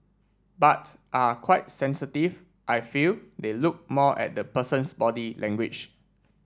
but are quite sensitive I feel they look more at the person's body language